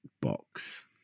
box